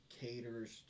caters